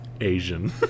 Asian